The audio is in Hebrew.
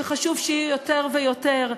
שחשוב שיהיו יותר ויותר.